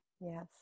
Yes